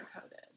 coded